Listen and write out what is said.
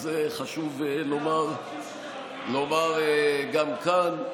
ואת זה חשוב לומר גם כאן.